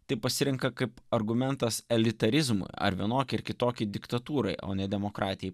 tai pasirenka kaip argumentas elitarizmui ar vienokį ar kitokį diktatūrai o ne demokratijai